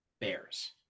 Bears